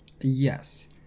Yes